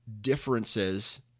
differences